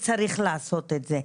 בהחלט צריך לעשות את זה.